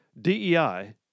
DEI